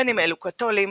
בין אם אלו קתולים,